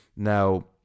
Now